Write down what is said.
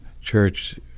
church